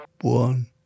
One